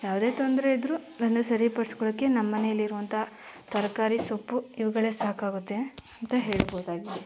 ಯಾವುದೇ ತೊಂದರೆ ಇದ್ದರು ಅದನ್ನ ಸರಿ ಪಡ್ಸ್ಕೊಳ್ಳೋಕ್ಕೆ ನಮ್ಮನೆಯಲ್ಲಿರುವಂಥ ತರಕಾರಿ ಸೊಪ್ಪು ಇವುಗಳೇ ಸಾಕಾಗುತ್ತೆ ಅಂತ ಹೇಳ್ಬೋದಾಗಿದೆ